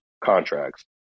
contracts